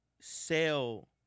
sell